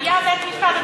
היה בית-משפט,